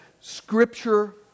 scripture